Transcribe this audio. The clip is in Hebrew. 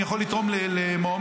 אני יכול לתרום למועמד?